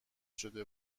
شده